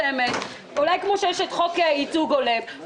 כפי שיש את חוק ייצוג הולם,